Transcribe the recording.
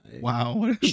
Wow